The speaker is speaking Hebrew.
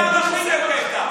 איזה ערכים הבאת?